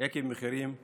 עקב מחירים גבוהים.